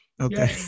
Okay